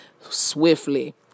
swiftly